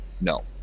no